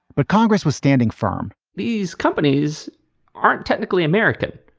but congress was standing firm these companies aren't technically american.